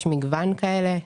ויש מגוון כאלה.